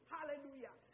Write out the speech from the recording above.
Hallelujah